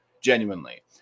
Genuinely